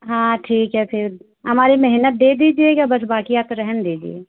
हाँ ठीक है फिर हमारी मेहनत दे दीजिएगा बस बाकी आप रहने दीजिए